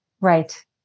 Right